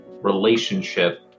relationship